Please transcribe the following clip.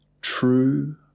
True